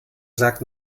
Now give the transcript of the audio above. sagt